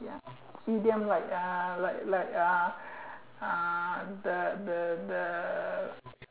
item lay ah lay ah ah the the the